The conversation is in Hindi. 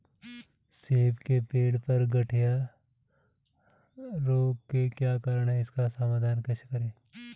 सेब के पेड़ पर गढ़िया रोग के क्या कारण हैं इसका समाधान कैसे करें?